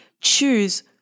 choose